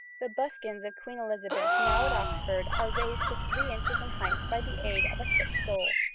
the buskins of queen elizabeth now at oxford are raised to three inches in height by the aid of a thick sole,